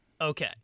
okay